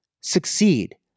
Succeed